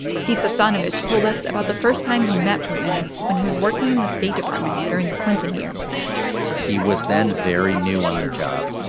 steve sestanovich told us about the first time he met putin when he was working in the state department during the clinton years he was then very new on the job.